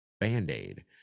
band-aid